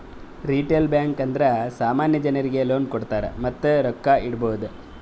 retail bank ಅಂದುರ್ ಸಾಮಾನ್ಯ ಜನರಿಗ್ ಲೋನ್ ಕೊಡ್ತಾರ್ ಮತ್ತ ರೊಕ್ಕಾ ಇಡ್ಬೋದ್